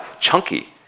Chunky